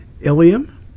ilium